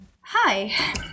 Hi